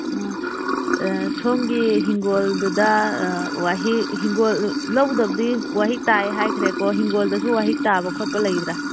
ꯁꯣꯝꯒꯤ ꯍꯤꯡꯒꯣꯜꯗꯨꯗ ꯂꯧꯗꯕꯨꯗꯤ ꯋꯥꯍꯤ ꯇꯥꯏ ꯍꯥꯏꯈ꯭ꯔꯦꯀꯣ ꯍꯤꯡꯒꯣꯜꯗꯁꯨ ꯋꯥꯍꯤ ꯇꯥꯕ ꯈꯣꯠꯄ ꯂꯩꯕ꯭ꯔ